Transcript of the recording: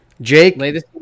Jake